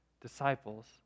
disciples